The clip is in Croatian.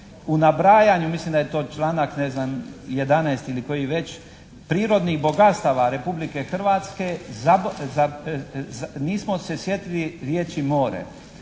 u nabrajanju, mislim da je to članak 11. ili koji već, prirodnih bogatstava Republike Hrvatske nismo se sjetili riječi: "more".